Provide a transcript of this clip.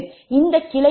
இந்த கிளையில் 𝑗 0